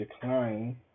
decline